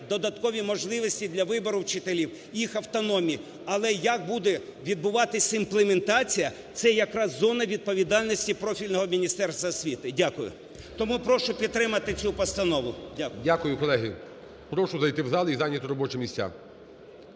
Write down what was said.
додаткові можливості для вибору вчителів, їх автономії. Але як буде відбуватися імплементація? Це якраз зона відповідальності профільного Міністерства освіти. Дякую. Тому прошу підтримати цю постанову. Дякую. ГОЛОВУЮЧИЙ. Дякую. Колеги, прошу зайти в зал і зайняти робочі місця.